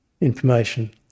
information